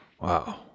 Wow